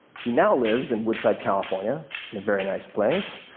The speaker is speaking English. he now lives in woodside, california, in a very nice place,